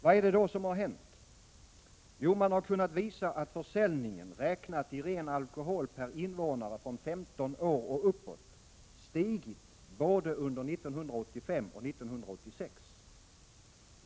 Vad är det då som har hänt? Jo, man har kunnat visa att försäljningen, räknat i ren alkohol per invånare från 15 år och uppåt, stigit både under 1985 och under 1986.